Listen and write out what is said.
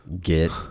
get